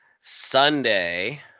Sunday